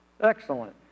Excellent